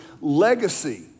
Legacy